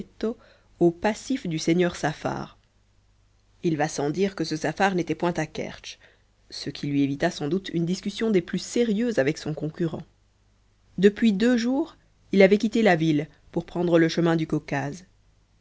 au passif du seigneur saffar il va sans dire que ce saffar n'était point à kertsch ce qui lui évita sans doute une discussion des plus sérieuses avec son concurrent depuis deux jours il avait quitté la ville pour prendre le chemin du caucase